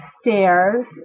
stairs